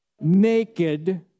Naked